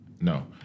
No